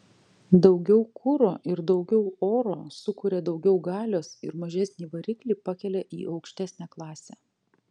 daugiau kuro ir daugiau oro sukuria daugiau galios ir mažesnį variklį pakelia į aukštesnę klasę